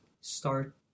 start